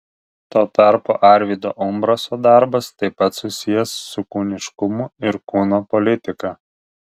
tuo tarpu arvydo umbraso darbas taip pat susijęs su kūniškumu ir kūno politika